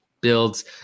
Builds